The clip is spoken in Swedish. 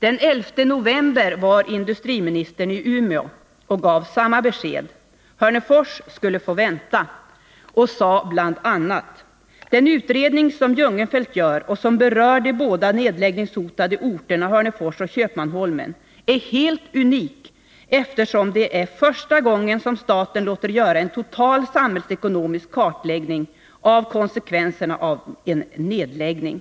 Den 11 november var industriministern i Umeå och gav samma besked: Hörnefors skulle få vänta. Han sade bl.a.: Den utredning som Jungenfelt gör och som berör de båda nedläggningshotade orterna Hörnefors och Köpmanholmen är helt unik, eftersom det är första gången som staten låter göra en total samhällsekonomisk kartläggning av konsekvenserna av en nedläggning.